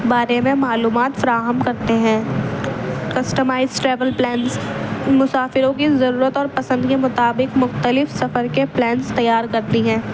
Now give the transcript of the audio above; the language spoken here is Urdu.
بارے میں معلومات فراہم کرتے ہیں کسٹمائز ٹریول پلانس مسافروں کی ضرورت اور پسند کے مطابق مختلف سفر کے پلانس تیار کرتی ہیں